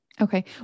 Okay